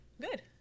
Good